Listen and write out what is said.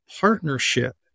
partnership